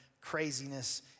craziness